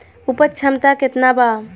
उपज क्षमता केतना वा?